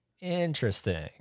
Interesting